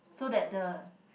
so that the